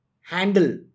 handle